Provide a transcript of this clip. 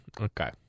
Okay